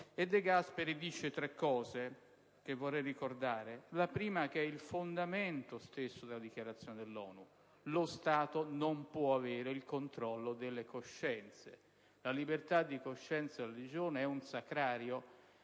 De Gasperi afferma tre principi che vorrei ricordare, il primo dei quali è il fondamento stesso della Dichiarazione dell'ONU: lo Stato non può avere il controllo delle coscienze. La libertà di coscienza e religione è un sacrario